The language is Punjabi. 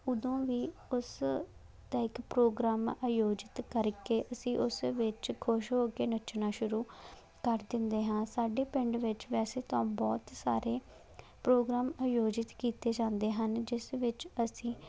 ਉਦੋਂ ਵੀ ਉਸ ਦਾ ਇੱਕ ਪ੍ਰੋਗਰਾਮ ਆਯੋਜਿਤ ਕਰਕੇ ਅਸੀਂ ਉਸ ਵਿੱਚ ਖੁਸ਼ ਹੋ ਕੇ ਨੱਚਣਾ ਸ਼ੁਰੂ ਕਰ ਦਿੰਦੇ ਹਾਂ ਸਾਡੇ ਪਿੰਡ ਵਿੱਚ ਵੈਸੇ ਤਾਂ ਬਹੁਤ ਸਾਰੇ ਪ੍ਰੋਗਰਾਮ ਆਯੋਜਿਤ ਕੀਤੇ ਜਾਂਦੇ ਹਨ ਜਿਸ ਵਿੱਚ ਅਸੀਂ